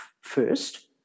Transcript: First